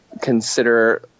consider